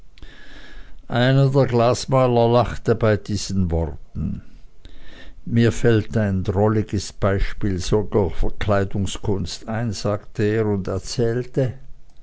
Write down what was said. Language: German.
einer der glasmaler lachte bei diesen worten mir fällt ein drolliges beispiel solcher verkleidungskunst ein sagte er und erzählte